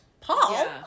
Paul